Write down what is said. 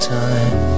time